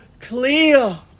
clear